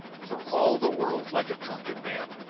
for all the world like a drunken man.